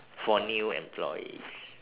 for new employees